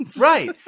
Right